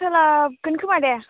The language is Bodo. सोलाबगोनखोमा दे